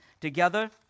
together